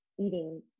eating